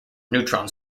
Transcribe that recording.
neutron